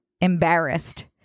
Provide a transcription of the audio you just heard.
embarrassed